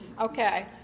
okay